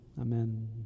amen